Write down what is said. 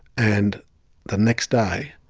and the next day,